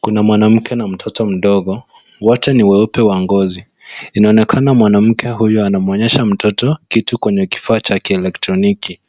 Kuna mwanamke na mtoto mdogo, wote ni weupe wa ngozi, inaonekana mwanamke huyo anamwonyesha mtoto kitu kwenye kifaa cha kielektroniki.